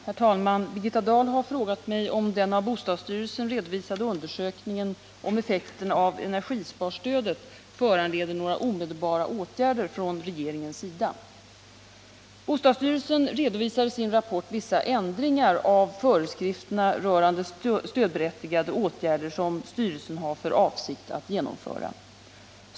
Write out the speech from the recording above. Herr talman! Birgitta Dahl har frågat mig om den av bostadsstyrelsen redovisade undersökningen av effekterna av energisparstödet föranleder några omedelbara åtgärder från regeringens sida. Bostadsstyrelsen redovisar i sin rapport vissa ändringar av föreskrifterna rörande stödberättigade åtgärder som styrelsen har för avsikt att genomföra.